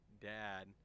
dad